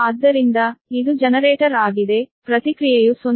ಆದ್ದರಿಂದ ಇದು ಜನರೇಟರ್ ಆಗಿದೆ ಪ್ರತಿಕ್ರಿಯೆಯು 0